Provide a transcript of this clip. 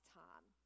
time